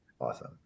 Awesome